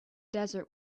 desert